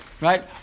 Right